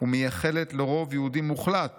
ומייחלת לרוב יהודי מוחלט